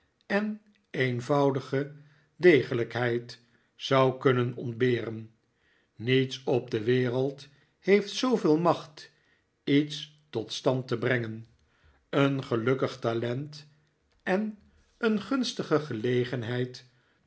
eii eenvoudige degelijkheid zou kunnen ontberen niets op de wereld heeft zooveel macht iets tot stand te brengen een gelukkig talent en een gunstige gelegenheid